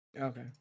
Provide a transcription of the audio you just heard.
okay